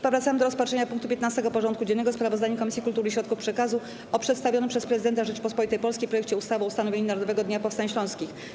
Powracamy do rozpatrzenia punktu 15. porządku dziennego: Sprawozdanie Komisji Kultury i Środków Przekazu o przedstawionym przez Prezydenta Rzeczypospolitej Polskiej projekcie ustawy o ustanowieniu Narodowego Dnia Powstań Śląskich.